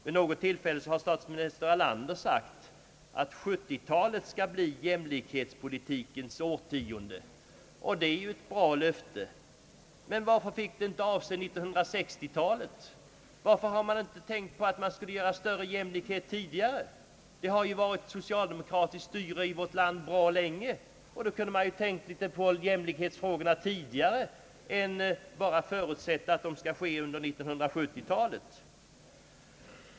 Vid något tillfälle har statsminister Erlander sagt att 1970-talet skall bli jämlikhetspolitikens årtionde. Det är ett bra löfte. Men varför fick det inte avse t.ex. 1969-talet? Varför har man inte tänkt på att åstadkomma större jämlikhet tidigare? Vi har ju haft socialdemokratiskt styre i vårt land bra länge, och då kunde man ju ha tänkt på jämlikhetsfrågorna tidigare och inte bara förutsätta att denna jämlikhet skulle bli verklighet under 1970-talet.